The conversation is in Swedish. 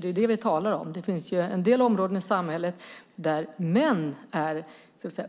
Det är det vi talar om. Det finns en del områden i samhället där män är